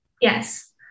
Yes